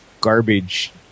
garbage